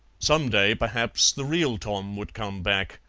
some day perhaps the real tom would come back,